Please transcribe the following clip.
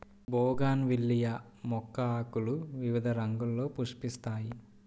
bougainvillea మొక్క ఆకులు వివిధ రంగుల్లో పుష్పిస్తాయి